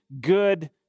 good